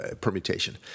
permutation